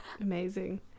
Amazing